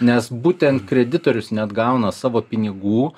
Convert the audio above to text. nes būtent kreditorius neatgauna savo pinigų